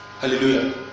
Hallelujah